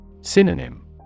Synonym